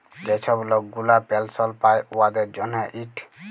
যে ছব লক গুলা পেলসল পায় উয়াদের জ্যনহে ইট